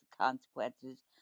consequences